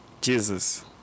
Jesus